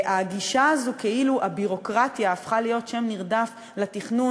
והגישה הזו כאילו הביורוקרטיה הפכה להיות שם נרדף לתכנון,